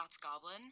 Goblin